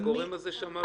הגורם הזה שאמרת עכשיו?